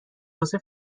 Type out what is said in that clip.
واسه